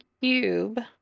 cube